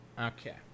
Okay